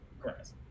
Correct